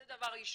זה דבר ראשון.